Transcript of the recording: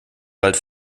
bald